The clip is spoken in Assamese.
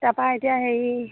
তাৰপৰা এতিয়া হেৰি